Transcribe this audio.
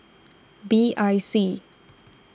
B I C